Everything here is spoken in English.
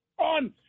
on